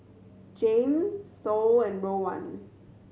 Jame Sol and Rowan